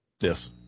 Yes